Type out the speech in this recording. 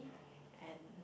and